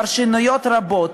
פרשנויות רבות,